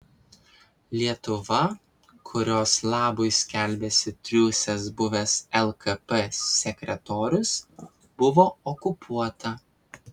lietuva kurios labui skelbiasi triūsęs buvęs lkp sekretorius buvo okupuota